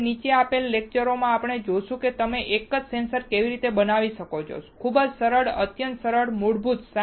હવે નીચે આપેલા લેક્ચરોમાં આપણે જોઈશું કે તમે એક જ સેન્સર કેવી રીતે બનાવી શકો છો ખૂબ જ સરળ અત્યંત સરળ મૂળભૂત